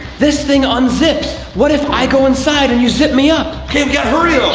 this thing unzips. what if i go inside and you zip me up? okay, we gotta hurry